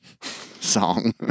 song